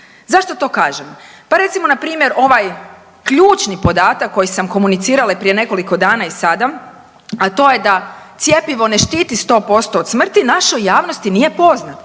Zašto to kažem? Pa recimo na primjer ovaj ključni podatak koji sam komunicirala i prije nekoliko dana i sada, a to je da cjepivo ne štiti sto posto od smrti našoj javnosti nije poznat.